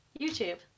YouTube